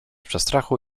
przestrachu